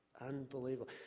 Unbelievable